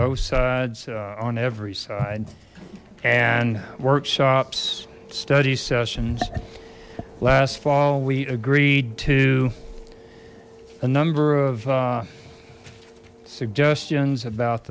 both sides on every side and workshops study sessions last fall we agreed to a number of suggestions about